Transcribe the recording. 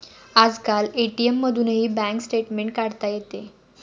आजकाल ए.टी.एम मधूनही bank statement काढता येते